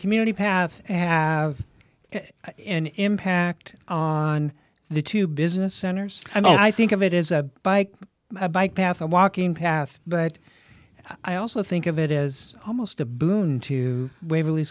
community path have an impact on the two business centers i mean i think of it is a bike a bike path a walking path but i also think of it is almost a boon to waverl